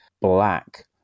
black